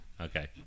Okay